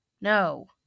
No